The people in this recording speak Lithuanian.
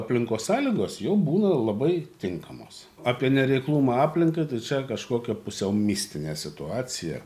aplinkos sąlygos jau būna labai tinkamos apie nereiklumą aplinkai tai čia kažkokia pusiau mistinė situacija